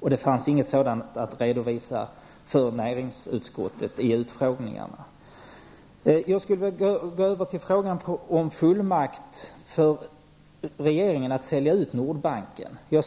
någon sådan redovisning vid utfrågningarna i näringsutskottet. Låt mig så övergå till frågan om fullmakt för regeringen att sälja ut Nordbanken.